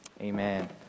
Amen